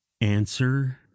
answer